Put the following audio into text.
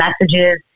messages